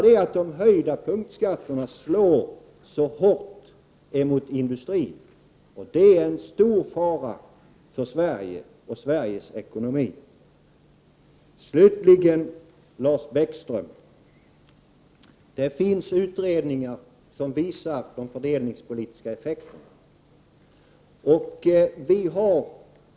De höjda punktskatterna slår hårt mot industrin, och det innebär en stor fara för Sverige och Sveriges ekonomi. Slutligen vill jag till Lars Bäckström säga att det finns utredningar som visar de fördelningspolitiska effekterna.